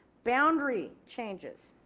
boundary changes.